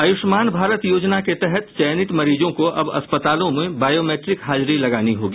आयुष्मान भारत योजना के तहत चयनित मरीजों को अब अस्पतालों में बायोमेट्रिक हाजरी लगानी होगी